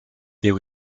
there